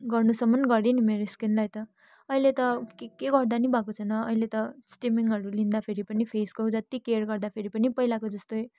गर्नुसम्म गर्यो नि मेरो स्किनलाई त अहिले त के के गर्दा पनि भएको छैन नि अहिले त स्टिमिङहरू लिँदा पनि फेसको जति केयर गर्दाखेरि पनि पहिलाको जस्तै